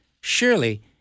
surely